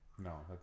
No